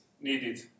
needed